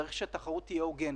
צריך שהתחרות תהיה הוגנת.